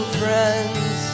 friends